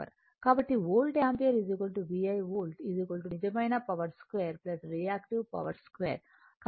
కాబట్టి volt ampere VI volt నిజమైన power 2 reactive power 2